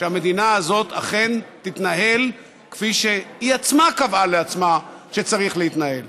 שהמדינה הזאת אכן תתנהל כפי שהיא עצמה קבעה לעצמה שצריך להתנהל.